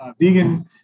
vegan